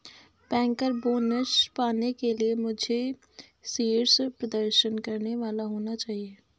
banker bonus पाने के लिए मुझे शीर्ष प्रदर्शन करने वाला होना चाहिए